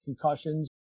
concussions